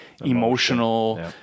emotional